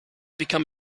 become